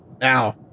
now